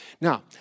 Now